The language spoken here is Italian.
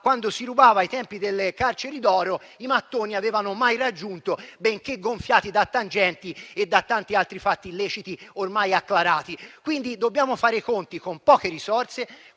quando si rubava ai tempi delle carceri d'oro, avevano mai raggiunto, benché gonfiati da tangenti e da tanti altri fatti illeciti ormai acclarati. Quindi, dobbiamo fare i conti con poche risorse